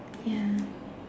ya